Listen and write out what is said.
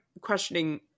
questioning